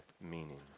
meaning